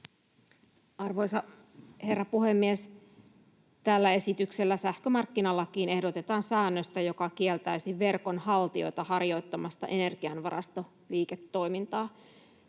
Arvoisa herra puhemies! Tällä esityksellä sähkömarkkinalakiin ehdotetaan säännöstä, joka kieltäisi verkonhaltijoita harjoittamasta energiavarastoliiketoimintaa.